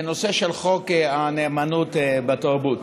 בנושא של חוק הנאמנות בתרבות.